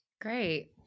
Great